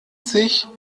sich